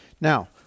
Now